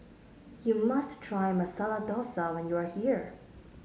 you must try Masala Dosa when you are here